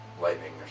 lightning